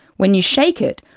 when you shake it,